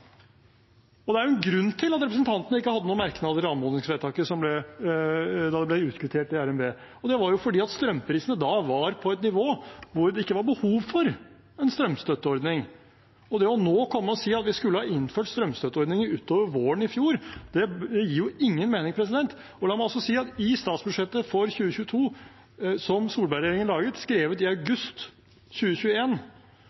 da? Det ville jo ikke hatt noen effekt. Det er en grunn til at representantene ikke hadde noen merknader til anmodningsvedtaket da det ble kvittert ut i RNB. Det var fordi strømprisene da var på et slikt nivå at det ikke var behov for en strømstøtteordning. Det å komme nå og si at vi skulle ha innført strømstøtteordningen utover våren i fjor, gir ingen mening. La meg også si at i statsbudsjettet for 2022 som Solberg-regjeringen la frem, skrevet i